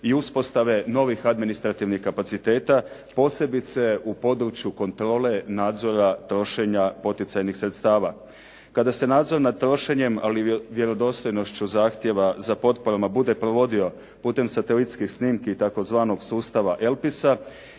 i uspostave novih administrativnih kapaciteta, posebice u području kontrole, nadzora trošenja poticajnih sredstava. Kada se nadzor nad trošenjem, ali vjerodostojnošću zahtjeva za potporama bude provodi putem satelitskih snimki tzv. sustava elipsa